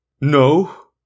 No